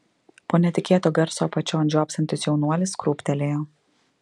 po netikėto garso apačion žiopsantis jaunuolis krūptelėjo